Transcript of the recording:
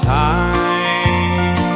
time